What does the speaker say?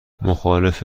مخالف